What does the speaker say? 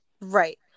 Right